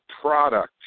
product